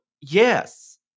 yes